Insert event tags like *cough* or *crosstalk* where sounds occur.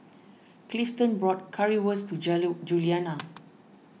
Clifton bought Currywurst to *unintelligible* Juliana